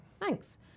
Thanks